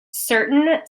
certain